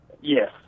Yes